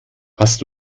hast